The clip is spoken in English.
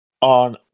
on